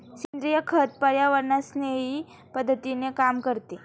सेंद्रिय खत पर्यावरणस्नेही पद्धतीने काम करते